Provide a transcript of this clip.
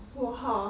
!wah! ha